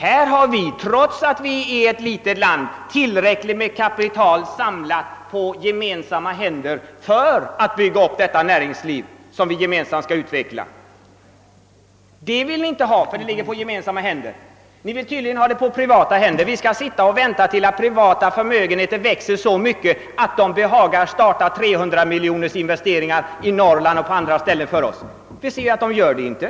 Här har vi, trots att Sverige är ett litet land, tillräckligt med kapital samlat på gemensamma händer för att bygga upp det näringsliv som vi tillsammans skall utveckla. Men ni vill inte vara med där för att kapitalet ägs gemensamt — ni önskar att det skall ligga i privatpersoners händer. Vi skall sitta och vänta tills privatförmögenheterna växer, så att vederbörande behagar starta trehundramiljonersinvesteringar i Norrland och på andra håll. Men vi ser ju att de inte gör detta.